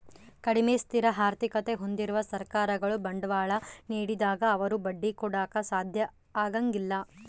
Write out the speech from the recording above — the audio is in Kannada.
ಕಡಿಮೆ ಸ್ಥಿರ ಆರ್ಥಿಕತೆ ಹೊಂದಿರುವ ಸರ್ಕಾರಗಳು ಬಾಂಡ್ಗಳ ನೀಡಿದಾಗ ಅವರು ಬಡ್ಡಿ ಕೊಡಾಕ ಸಾಧ್ಯ ಆಗಂಗಿಲ್ಲ